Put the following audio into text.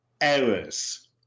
errors